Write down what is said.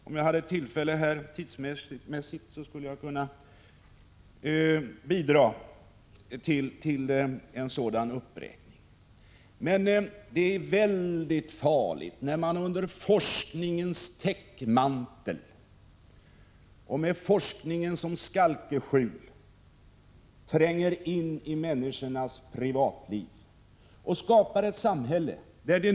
Om jag tidsmässigt hade tillfälle skulle jag kunna bidra med en uppräkning. Det är mycket farligt när man med forskning som skalkeskjul tränger in i människornas privatliv och skapar ett förmyndarsamhälle.